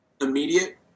immediate